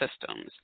Systems